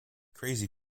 crazy